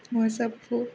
ಮಸೊಪ್ಪು